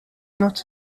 not